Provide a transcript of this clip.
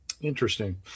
Interesting